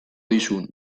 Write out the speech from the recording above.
dizun